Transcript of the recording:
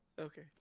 Okay